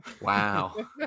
Wow